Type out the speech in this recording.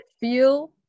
feel